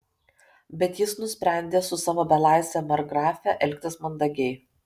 bet jis nusprendė su savo belaisve markgrafe elgtis mandagiai